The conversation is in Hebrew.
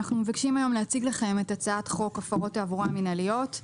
אנחנו מבקשים היום להציג לכם את הצעת חוק הפרות תעבורה מנהליות.